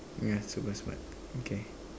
yeah super smart okay